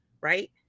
right